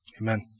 Amen